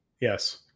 Yes